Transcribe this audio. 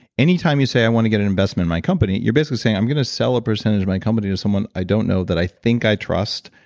any time you say, i want to get an investment in my company, you're basically saying, i'm going to sell a percentage of my company to someone i don't know that i think i trust,